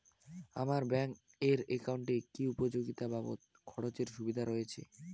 আমার ব্যাংক এর একাউন্টে কি উপযোগিতা বাবদ খরচের সুবিধা রয়েছে?